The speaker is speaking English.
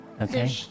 Okay